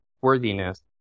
worthiness